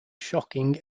shocking